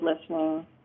listening